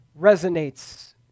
resonates